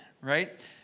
right